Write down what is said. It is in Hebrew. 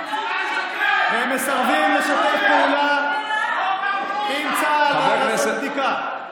והם מסרבים לשתף פעולה עם צה"ל כדי לעשות בדיקה.